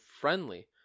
friendly